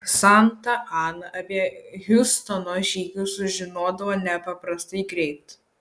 santa ana apie hiustono žygius sužinodavo nepaprastai greit